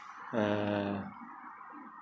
uh